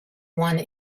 one